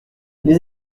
les